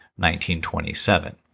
1927